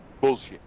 Bullshit